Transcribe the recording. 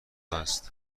است